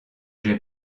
j’ai